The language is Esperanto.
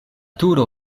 turo